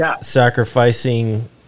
sacrificing